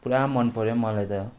पुरा मनपर्यो मलाई त